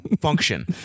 Function